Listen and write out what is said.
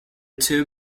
two